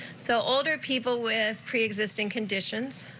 so older people with pre-existing conditions